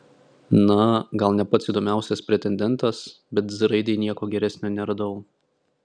na gal ne pats įdomiausias pretendentas bet z raidei nieko geresnio neradau